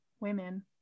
women